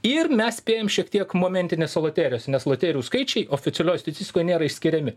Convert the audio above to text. ir mes spėjam šiek tiek momentinėse loterijose nes loterijų skaičiai oficialioj statistikoj nėra išskiriami